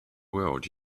world